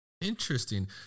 Interesting